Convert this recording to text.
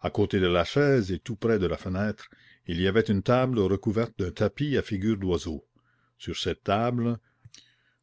à côté de la chaise et tout près de la fenêtre il y avait une table recouverte d'un tapis à figures d'oiseaux sur cette table